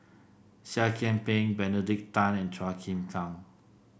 Seah Kian Peng Benedict Tan and Chua Chim Kang